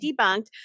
debunked